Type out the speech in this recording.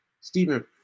Stephen